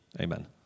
Amen